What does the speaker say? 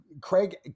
Craig